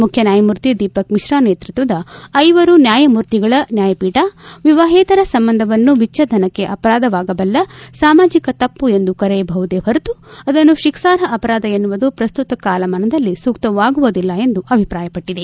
ಮುಖ್ಯನ್ವಾಯಮೂರ್ತಿ ದೀಪಕ್ಮಿತ್ತಾ ನೇತೃತ್ವದ ಐವರು ನ್ವಾಯಮೂರ್ತಿಗಳ ನ್ಕಾಯಪೀಠ ವಿವಾಹೇತರ ಸಂಬಂಧವನ್ನು ವಿಜ್ವೇದನಕ್ಕೆ ಆಧಾರವಾಗಬಲ್ಲ ಸಾಮಾಜಿಕ ತಮ್ಮ ಎಂದು ಕರೆಯಬಹುದೇ ಹೊರತು ಅದನ್ನು ಶಿಕ್ಷಾರ್ಪ ಅವರಾಧ ಎನ್ನುವುದು ಪ್ರಸ್ತುತ ಕಾಲಮಾನದಲ್ಲಿ ಸೂಕ್ತವಾಗುವುದಿಲ್ಲ ಎಂದು ಅಭಿಪ್ರಾಯಪಟ್ಟಿದೆ